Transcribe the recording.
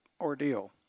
ordeal